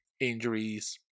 injuries